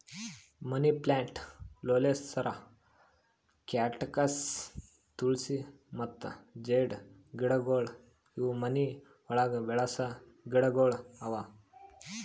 ಮನಿ plant, ಲೋಳೆಸರ, cactus, ತುಳ್ಸಿ ಮತ್ತ ಜೀಡ್ ಗಿಡಗೊಳ್ ಇವು ಮನಿ ಒಳಗ್ ಬೆಳಸ ಗಿಡಗೊಳ್ ಅವಾ